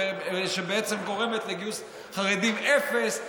שבעצם גורמת לגיוס אפס של החרדים,